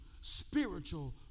spiritual